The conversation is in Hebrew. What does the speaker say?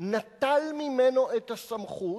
נטל ממנו את הסמכות,